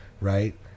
Right